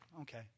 okay